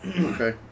Okay